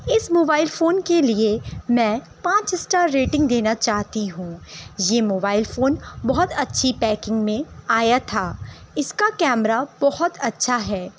اس mobile phone کے لیے میں پانچ اسٹار ریٹنگ دینا چاہتی ہوں یہ موبائل فون بہت اچھی پیکنگ میں آیا تھا اس کا کیمرہ بہت اچھا ہے